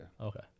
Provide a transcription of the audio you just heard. Okay